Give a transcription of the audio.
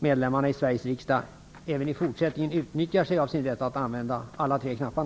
ledamöterna i Sveriges riksdag även i fortsättningen utnyttjar sin rätt att använda alla tre knapparna.